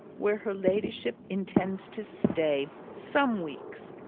where her ladyship intends to stay some weeks,